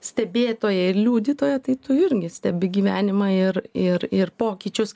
stebėtoja ir liudytoja tai tu irgi stebi gyvenimą ir ir ir pokyčius